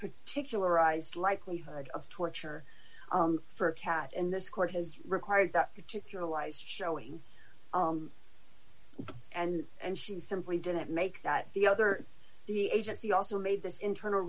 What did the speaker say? particular ised likelihood of torture for a cat and this court has required that particular lies showing and and she simply didn't make that the other the agency also made this internal